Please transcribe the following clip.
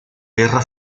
guerra